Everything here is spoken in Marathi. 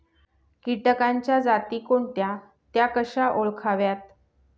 किटकांच्या जाती कोणत्या? त्या कशा ओळखाव्यात?